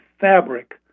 fabric